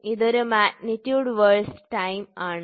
ഇത് magnitude versus time ആണ്